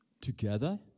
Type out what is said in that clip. together